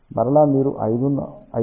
మరలా మీరు 5